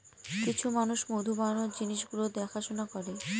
কিছু মানুষ মধু বানানোর জিনিস গুলো দেখাশোনা করে